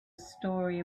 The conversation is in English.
story